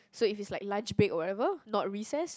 so if it's like lunch break or whatever not recess